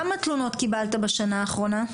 כמה פניות קיבלת בשנה האחרונה?